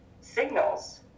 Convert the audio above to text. signals